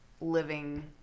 living